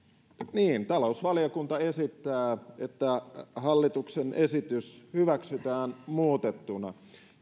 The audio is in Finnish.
niin talousvaliokunta esittää että hallituksen esitys hyväksytään muutettuna